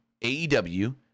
AEW